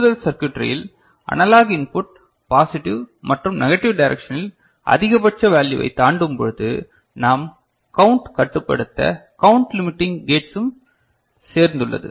கூடுதல் சர்க்யூட்டரியில் analogue input positive மற்றும் நெகட்டிவ் டைரக்ஷனில் அதிகபட்ச வேல்யூவை தாண்டும் பொழுது நாம் கவுண்ட் கட்டுப்படுத்த கவுண்ட் லிமிடிங் கேட்சும் சேர்ந்துள்ளது